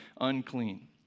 unclean